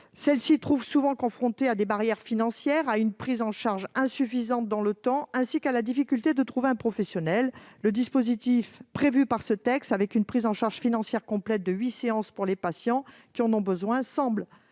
Celles-ci sont souvent confrontées à des barrières financières, à une prise en charge insuffisante dans le temps, ainsi qu'à la difficulté de trouver un professionnel pour les aider. Le dispositif prévu par ce texte, avec une prise en charge financière complète de huit séances pour les patients qui en ont besoin, semble